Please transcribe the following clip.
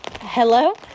hello